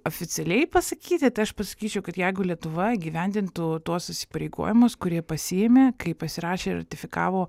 oficialiai pasakyti tai aš pasakyčiau kad jeigu lietuva įgyvendintų tuos įsipareigojimus kur jie pasiėmė kai pasirašė ratifikavo